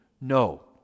no